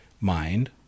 mind